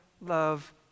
love